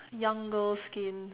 young girls skin